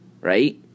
right